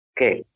Okay